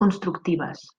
constructives